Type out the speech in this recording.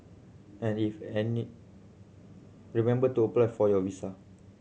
and if any remember to apply for your visa